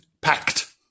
packed